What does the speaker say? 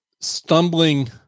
stumbling